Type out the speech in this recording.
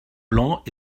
blanc